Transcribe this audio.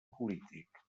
polític